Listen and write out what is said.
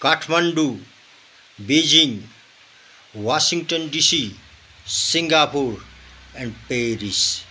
Kathmandu Beijing Washington DC Singapore and Paris